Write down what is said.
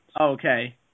okay